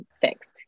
fixed